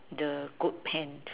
the goat pant